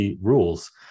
rules